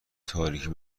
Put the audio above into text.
تاریکی